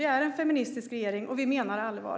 Vi är en feministisk regering och vi menar allvar.